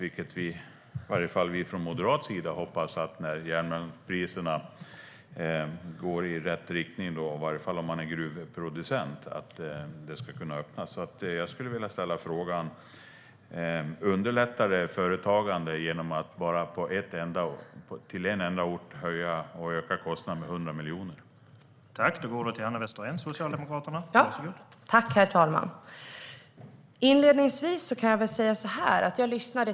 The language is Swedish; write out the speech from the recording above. Det hoppas vi från moderat sida att den ska göra när järnmalmspriserna går i rätt riktning, i alla fall som gruvproducent.